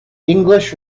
english